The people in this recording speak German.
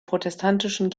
protestantischen